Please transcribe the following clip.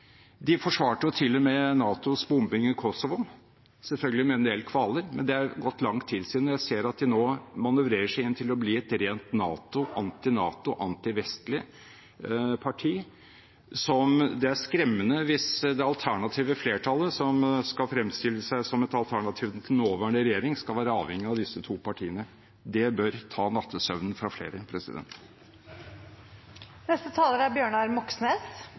De forsvarte til og med NATOs bombing i Kosovo, selvfølgelig med en del kvaler, men det er gått lang tid siden, og jeg ser at de nå manøvrerer seg inn til å bli et rent anti-NATO, antivestlig parti. Det er skremmende hvis det alternative flertallet som skal fremstille seg som et alternativ til den nåværende regjering, skal være avhengig av disse to partiene. Det bør ta nattesøvnen fra flere. Sosialisme er